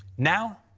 now,